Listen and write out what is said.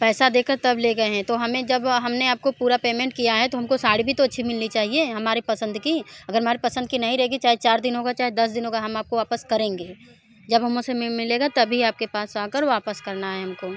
पैसा दे कर तब ले गएँ हैं तो हमें जब हम ने आपको पूरा पेमेंट किया हैं तो हम को साड़ी भी तो अच्छी मिलनी चाहिए हमारी पसंद की अगर हमारी पसंद की नहीं रहेगी चाहे चार दिन होगा चाहे दस दिन होगा हम आपको वापस करेंगे जब हमें समय मिलेगा तभी आपके पास आ कर वापस करना है हम को